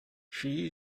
she